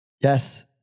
Yes